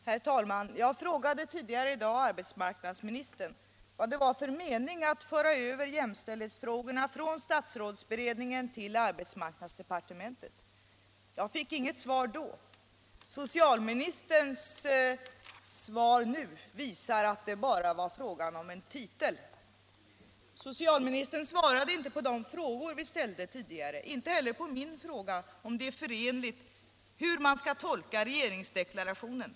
Herr talman! Tidigare i dag frågade jag arbetsmarknadsministern vad det var för mening med att föra jämställdhetsfrågorna från statsrådsberedningen till arbetsmarknadsdepartementet. Jag fick inget svar då. Socialministerns svar nu visar att det bara var fråga om en titel. Socialministern svarade inte på de frågor vi ställde tidigare. Inte heller på min fråga om hur man skall tolka regeringsdeklarationen.